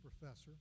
professor